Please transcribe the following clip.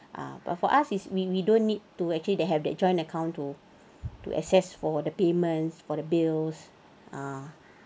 ah but for us is we we don't need to actually that have that joint account to to access for the payments for the bills ah